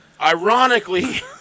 Ironically